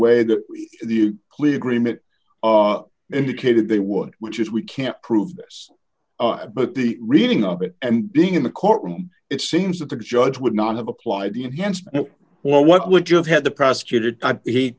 way that the clear agreement indicated they would which is we can't prove this but the reading of it and being in the courtroom it seems that the judge would not have applied the enhancement or what would you have had the prosecutor